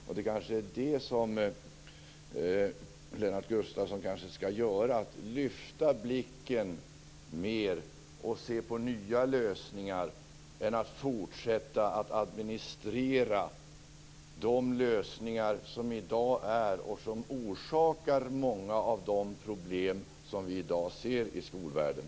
Det kanske är det Lennart Gustavsson skall göra: mer lyfta blicken och se på nya lösningar än att fortsätta administrera de lösningar som finns i dag och som orsakar många av de problem vi i dag ser i skolvärlden.